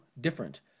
different